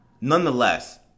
Nonetheless